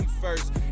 first